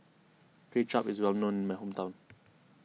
Kuay Chap is well known in my hometown